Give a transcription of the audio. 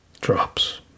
drops